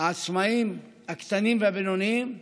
העצמאים הקטנים והבינוניים,